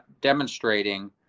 demonstrating